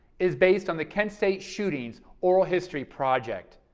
is based on the kent state shootings oral history project,